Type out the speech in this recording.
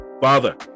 father